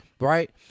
right